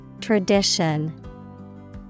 Tradition